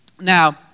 Now